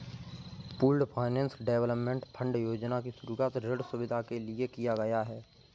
pooled finance development fund योजना की शुरूआत ऋण सुविधा के लिए किया गया है